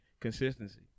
consistency